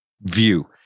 view